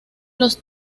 los